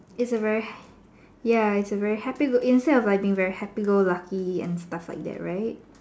it's a very ya it's a very happy look instead of being happy go lucky and stuff like that right